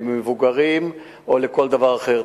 למבוגרים או לכל דבר אחר.